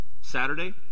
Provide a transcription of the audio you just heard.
Saturday